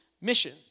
mission